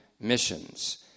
missions